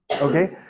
Okay